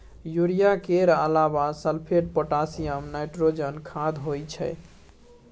urea केर अलाबा sulphate, potassium, nitrogen खाद होइ छै